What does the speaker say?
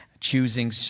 choosing